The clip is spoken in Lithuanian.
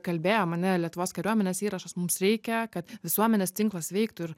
kalbėjom ane lietuvos kariuomenės įrašas mums reikia kad visuomenės tinklas veiktų ir